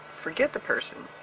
forget the person.